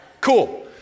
Cool